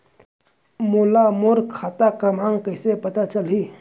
मोला मोर खाता क्रमाँक कइसे पता चलही?